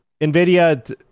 Nvidia